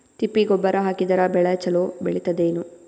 ತಿಪ್ಪಿ ಗೊಬ್ಬರ ಹಾಕಿದರ ಬೆಳ ಚಲೋ ಬೆಳಿತದೇನು?